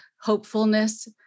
hopefulness